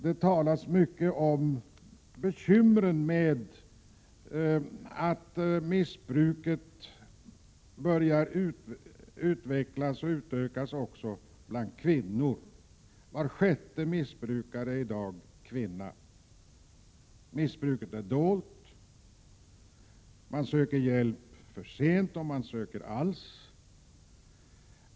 Det talas mycket om bekymren med att missbruket börjar utvecklas och utökas också bland kvinnor. Var sjätte missbrukare i dag är kvinna. Missbruket är dolt. Man söker hjälp för sent, om man alls söker hjälp.